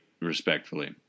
respectfully